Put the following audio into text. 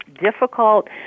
difficult